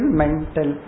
mental